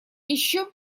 еще